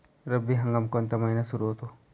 रब्बी हंगाम कोणत्या महिन्यात सुरु होतो?